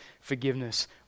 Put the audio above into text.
forgiveness